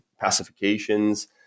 pacifications